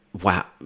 Wow